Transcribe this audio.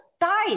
died